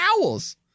owls